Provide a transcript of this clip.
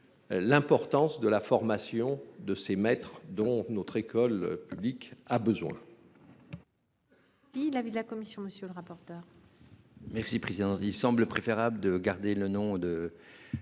l'essentiel : la formation de ces maîtres dont notre école publique a besoin.